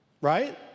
right